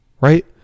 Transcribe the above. right